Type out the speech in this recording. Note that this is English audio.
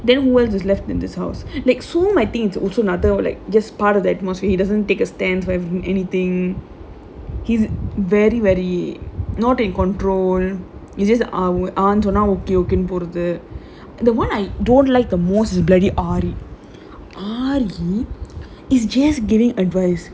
then who else is left in this house next som my think also another or like just part of the utmost he doesn't take a stand with anything he's very very not in control he just ஆன் சொன்னா:aan sonnaa okay okay சொல்லி போற து:solli porathu the one I don't like the most is the bloody is aari aari is just getting advice